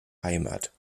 heimat